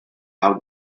how